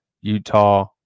Utah